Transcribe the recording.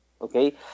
Okay